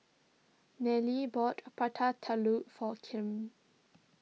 Nelly bought Prata Telur for Kipp